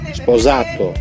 sposato